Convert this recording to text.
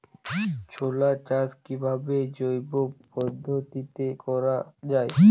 ছোলা চাষ কিভাবে জৈব পদ্ধতিতে করা যায়?